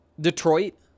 Detroit